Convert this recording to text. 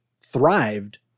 thrived